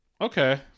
Okay